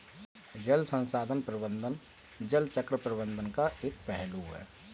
जल संसाधन प्रबंधन जल चक्र प्रबंधन का एक पहलू है